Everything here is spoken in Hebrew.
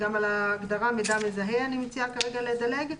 גם על ההגדרה "מידע מזהה" אני מציעה כרגע לדלג.